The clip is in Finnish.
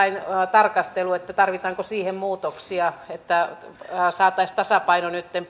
tarkastelu tarvitaanko siihen muutoksia että saataisiin tasapaino nytten